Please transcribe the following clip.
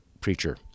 preacher